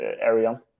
area